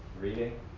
Reading